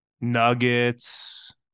Nuggets